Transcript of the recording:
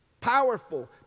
Powerful